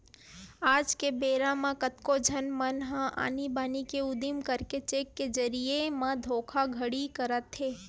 आज के बेरा म कतको झन मन ह आनी बानी के उदिम करके चेक के जरिए म धोखाघड़ी करथे